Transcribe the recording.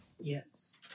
Yes